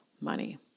money